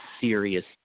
serious